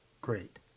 great